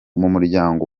muryango